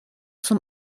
zum